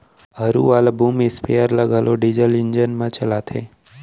हरू वाला boom sprayer ल घलौ डीजल इंजन म चलाथें